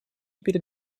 перед